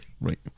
right